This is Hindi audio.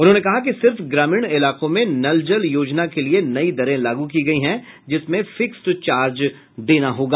उन्होंने कहा कि सिर्फ ग्रामीण इलाकों में नल जल योजना के लिये नई दरें लागू की गयी हैं जिसमें फिक्सड चार्ज देना होगा